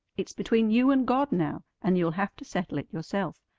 it's between you and god now, and you'll have to settle it yourself.